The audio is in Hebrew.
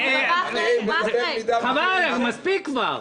מספיק כבר.